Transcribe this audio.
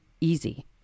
easy